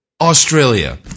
Australia